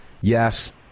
Yes